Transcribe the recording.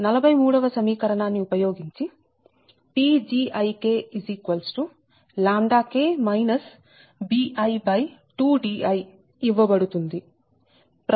18 43 వ సమీకరణాన్ని ఉపయోగించి PgiK bi2di ఇవ్వబడుతుంది